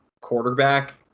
quarterback